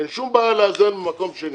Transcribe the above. אין שום בעיה לאזן במקום שני.